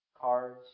cards